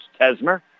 Tesmer